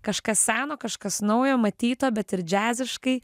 kažkas seno kažkas naujo matyto bet ir džiaziškai